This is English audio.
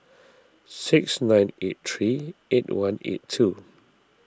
six nine eight three eight one eight two